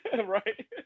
right